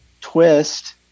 twist